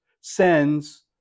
sends